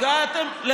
הגעתם אז ל-15 מנדטים.